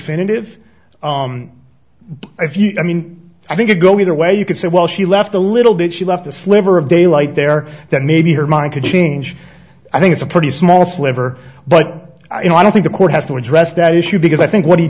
you i mean i think it go either way you could say well she left a little bit she left a sliver of daylight there that maybe her mind could do teenage i think it's a pretty small sliver but you know i don't think the court has to address that issue because i think what he